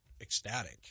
ecstatic